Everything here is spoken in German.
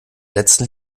letzten